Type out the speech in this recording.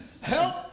Help